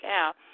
out